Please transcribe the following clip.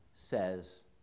says